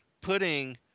putting